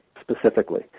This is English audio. specifically